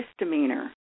misdemeanor